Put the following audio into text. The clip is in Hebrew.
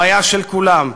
הוא היה של כולם.